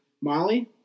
Molly